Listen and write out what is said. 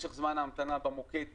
משך זמן ההמתנה במוקד יתקצר.